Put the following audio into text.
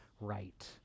right